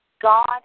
God